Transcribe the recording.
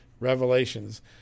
revelations